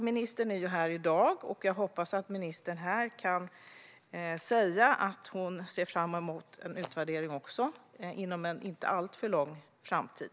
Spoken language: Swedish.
Ministern är ju här i dag, och jag hoppas att hon kan säga att även hon ser fram emot en utvärdering inom en inte alltför avlägsen framtid.